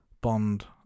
Bond